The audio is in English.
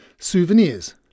souvenirs